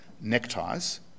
neckties